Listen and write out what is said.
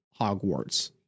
hogwarts